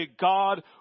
God